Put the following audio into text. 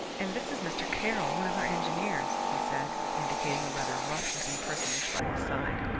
and this is mr. caroll, one of our engineers, he said, indicating a rather rough-looking personage by his side.